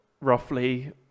roughly